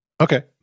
Okay